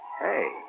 Hey